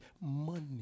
money